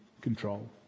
control